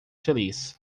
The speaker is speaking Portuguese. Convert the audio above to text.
feliz